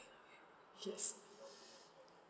yes